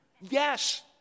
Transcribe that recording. Yes